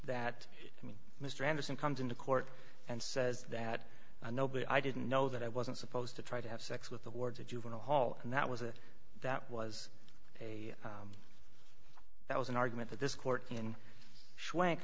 mean mr anderson comes into court and says that nobody i didn't know that i wasn't supposed to try to have sex with the wards of juvenile hall and that was a that was a that was an argument that this court in shrank